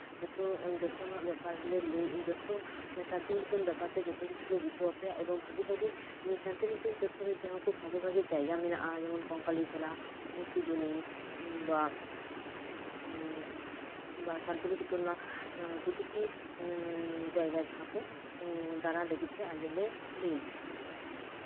ᱡᱚᱛᱚᱱᱟᱨ ᱵᱮᱯᱟᱨ ᱞᱮ ᱞᱟᱹᱭ ᱮᱸᱜ ᱥᱟᱱᱛᱤᱱᱤᱠᱮᱛᱚᱱ ᱵᱮᱯᱟᱨ ᱛᱮ ᱡᱚᱛᱚ ᱠᱤᱪᱷᱩᱞᱮ ᱵᱩᱡᱷᱷᱟᱹᱣᱟᱯᱮᱭᱟ ᱡᱩᱫᱤ ᱱᱤᱭᱟᱹ ᱠᱚ ᱥᱟᱱᱛᱤᱱᱤᱠᱮᱛᱚᱱ ᱪᱚᱛᱛᱚᱨ ᱨᱮ ᱵᱷᱟᱜᱤᱼᱵᱷᱟᱜᱤ ᱡᱟᱭᱜᱟ ᱢᱮᱱᱟᱜᱼᱟ ᱡᱮᱢᱚᱱ ᱠᱚᱝᱠᱟᱞᱤ ᱛᱚᱞᱟ ᱥᱨᱤᱡᱚᱱᱤ ᱵᱟ ᱵᱟ ᱥᱟᱱᱛᱤᱱᱤᱠᱮᱛᱚᱱ ᱨᱮᱱᱟᱜ ᱯᱨᱤᱛᱤᱴᱤ ᱡᱟᱭᱜᱟ ᱡᱟᱦᱟᱸ ᱠᱚ ᱫᱟᱬᱟᱱ ᱞᱟᱜᱤᱫ ᱛᱮ ᱟᱞᱮ ᱞᱮ ᱞᱟᱹᱭᱟᱯᱮᱭᱟ